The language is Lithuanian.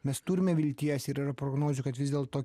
mes turime vilties ir yra prognozių kad vis dėlto